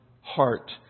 heart